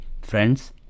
friends